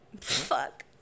Fuck